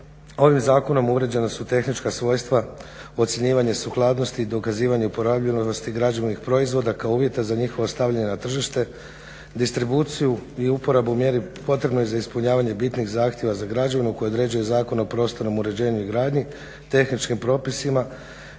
Ovim Zakonom uređena su tehnička svojstva, ocjenjivanje sukladnosti i dokazivanje uporabljenosti građevnih proizvoda kao uvjeta za njihovo stavljanje na tržište, distribuciju i uporabu u mjeri potrebnoj za ispunjavanje bitnih zahtjeva za građevinu koju određuje Zakon o prostornom uređenju i gradnji, tehničkim propisima